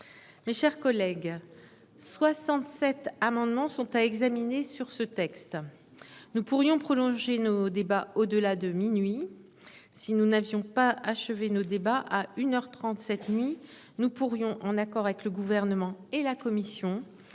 Mes chers collègues, 67 amendements sont à examiner sur ce texte. Nous pourrions prolonger nos débats au-delà de minuit. Si nous ne les avions pas achevés à une heure trente cette nuit, nous pourrions, en accord avec le Gouvernement et la commission,